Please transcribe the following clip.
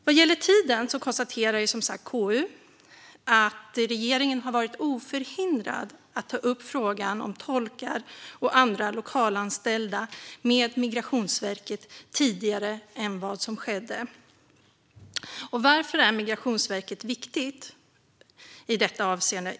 Vad gäller tiden konstaterar KU som sagt att regeringen har varit oförhindrad att ta upp frågan om tolkar och andra lokalanställda med Migrationsverket tidigare än vad som skedde. Varför är då Migrationsverket viktigt i detta avseende?